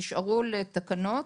שנשארו לתקנות,